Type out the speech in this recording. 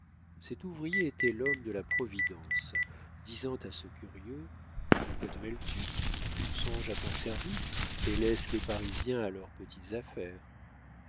cet ouvrier était l'homme de la providence disant à ce curieux de quoi te mêles-tu songe à ton service et laisse les parisiens à leurs petites affaires